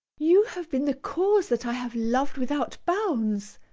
you have been the cause that i have loved without bounds,